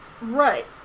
Right